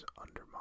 undermine